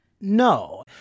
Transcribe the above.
No